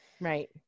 Right